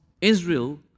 Israel